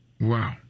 Wow